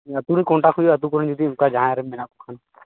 ᱟᱹᱛᱩ ᱨᱮ ᱠᱚᱱᱴᱟᱠ ᱦᱩᱭᱩᱜᱼᱟ ᱟᱹᱛᱩ ᱠᱚᱨᱮᱱ ᱡᱩᱫᱤ ᱚᱱᱠᱟ ᱡᱟᱦᱟᱸᱭ ᱨᱮᱱ ᱢᱮᱱᱟᱜ ᱠᱚᱠᱷᱟᱱ